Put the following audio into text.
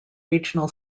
regional